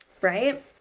right